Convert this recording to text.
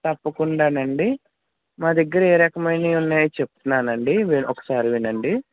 తప్పకుండానండి మా దగ్గర ఏ రకమయినియున్నాయో చెపుత్నానండి వి ఒకసారి వినండి